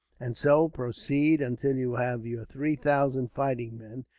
and so proceed until you have your three thousand fighting men,